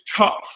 tough